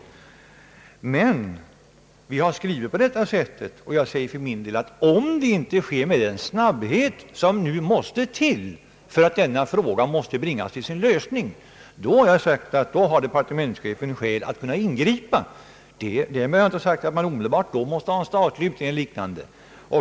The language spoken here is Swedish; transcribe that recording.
Vi har således en enig skrivning om utredning, men jag säger för egen del, att om denna utredning inte sker med den snabbhet, som nu måste till för att denna fråga skall bringas till sin lösning, då har departementschefen skäl att ingripa. Därmed har jag inte sagt att man omedelbart måste ha en statlig utredning eller liknande.